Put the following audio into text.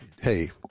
hey